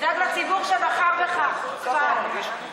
תדאג לציבור שבחר בך, חוצפן.